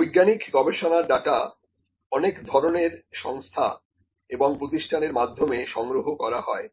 বৈজ্ঞানিক গবেষণার ডাটা অনেক ধরনের সংস্থা এবং প্রতিষ্ঠান এর মাধ্যমে সংগ্রহ করা হয়